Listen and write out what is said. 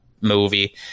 movie